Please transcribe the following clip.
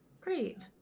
great